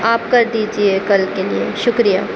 آپ کر دیجیے کل کے لیے شکریہ